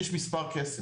יש מספר קסם,